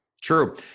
True